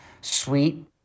sweet